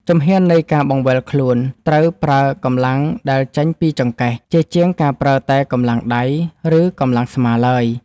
ជំហាននៃការបង្វិលខ្លួនត្រូវប្រើកម្លាំងដែលចេញពីចង្កេះ ជាជាងការប្រើតែកម្លាំងដៃ ឬកម្លាំងស្មាឡើយ។